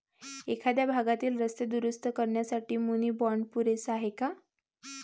एखाद्या भागातील रस्ते दुरुस्त करण्यासाठी मुनी बाँड पुरेसा आहे का?